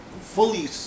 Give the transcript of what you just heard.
fully